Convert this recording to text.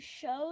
shows